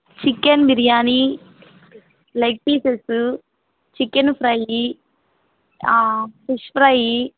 chicken biryani leg pieces chicken fry fish fry